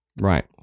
Right